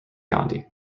gandhi